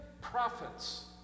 prophets